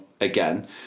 again